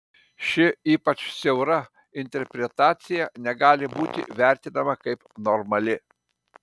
ši ypač siaura interpretacija negali būti vertinama kaip normali